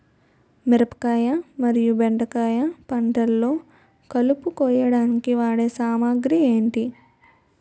మిరపకాయ మరియు బెండకాయ పంటలో కలుపు కోయడానికి వాడే సామాగ్రి ఏమిటి?